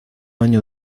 año